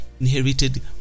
inherited